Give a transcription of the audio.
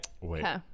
wait